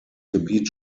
gebiet